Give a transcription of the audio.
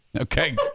Okay